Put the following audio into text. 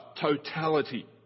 totality